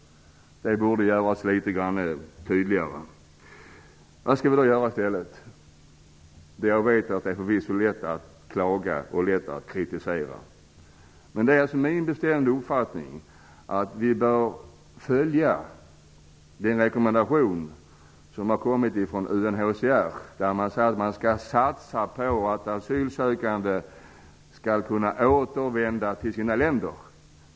Det borde göras litet tydligare. Vad skall vi då göra i stället? Jag vet att det förvisso är lätt att klaga och kritisera. Men det är min bestämda uppfattning att vi bör följa den rekommendation som har kommit från UNHCR, som säger att man skall satsa på att asylsökande skall kunna återvända till sina länder.